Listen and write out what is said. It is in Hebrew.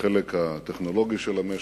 בחלק הטכנולוגי של המשק,